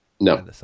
No